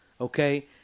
okay